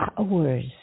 hours